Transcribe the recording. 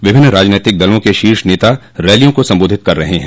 विभिन्न राजनीतिक दलों के शीर्ष नेता रैलियों को संबोधित कर रहे हैं